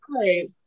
right